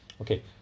Okay